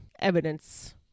evidence